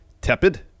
tepid